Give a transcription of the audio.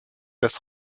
des